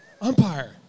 Umpire